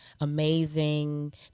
amazing